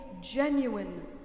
genuine